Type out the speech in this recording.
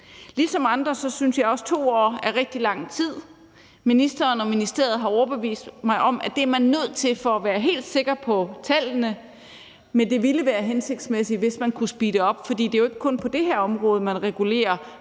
Ligesom andre synes jeg også, at 2 år er rigtig lang tid. Ministeren og ministeriet har overbevist mig om, at det er man nødt til for at være helt sikker på tallene, men det ville være hensigtsmæssigt, hvis man kunne speede op, for det er jo ikke kun på det her område, man regulerer